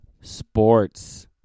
sports